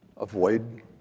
avoid